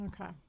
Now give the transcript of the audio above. Okay